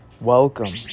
welcome